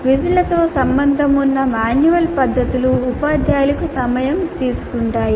క్విజ్లతో సంబంధం ఉన్న మాన్యువల్ పద్ధతులు ఉపాధ్యాయులకు సమయం తీసుకుంటాయి